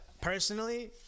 personally